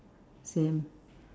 same